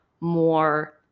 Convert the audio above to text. more